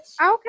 Okay